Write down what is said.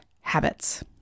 habits